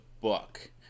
book